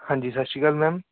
ਹਾਂਜੀ ਸਤਿ ਸ਼੍ਰੀ ਅਕਾਲ ਮੈਮ